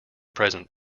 present